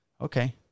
Okay